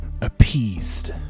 appeased